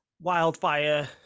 wildfire